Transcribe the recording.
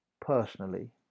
personally